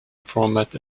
format